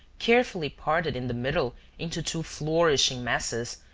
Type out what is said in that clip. carefully parted in the middle into two flourishing masses,